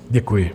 Děkuji.